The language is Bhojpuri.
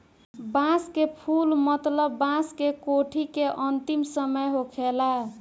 बांस के फुल मतलब बांस के कोठी के अंतिम समय होखेला